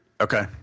Okay